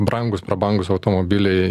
brangūs prabangūs automobiliai